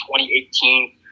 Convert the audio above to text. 2018